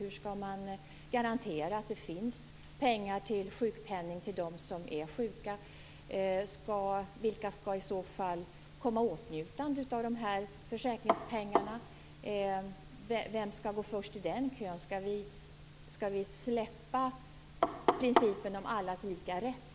Hur skall man garantera att det finns pengar till sjukpenning till dem som är sjuka? Vilka skall i så fall komma i åtnjutande av försäkringspengarna? Vem skall gå först i den kön? Skall vi släppa principen om allas lika rätt?